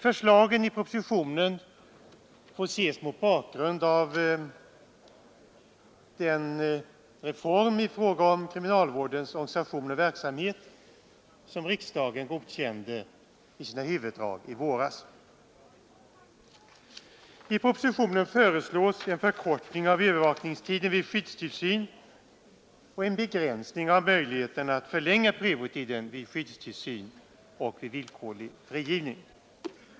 Förslagen får ses mot bakgrund av den reform av kriminalvårdens organisation och verksamhet vars huvuddrag riksdagen godkände i våras. I propositionen föreslås en förkortning av övervakningstiden vid skyddstillsyn och en begränsning av möjligheterna att förlänga prövotiden vid skyddstillsyn och villkorlig frigivning.